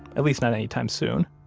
at least not anytime soon.